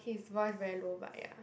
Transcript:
his voice very low but ya